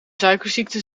suikerziekte